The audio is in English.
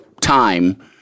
time-